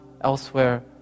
elsewhere